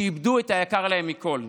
שאיבדו את היקר להן מכול.